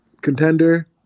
contender